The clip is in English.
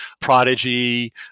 Prodigy